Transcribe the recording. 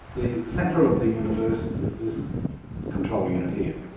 the centre of the universe is this control unit here.